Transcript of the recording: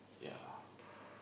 yeah